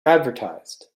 advertised